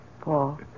Paul